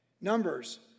Numbers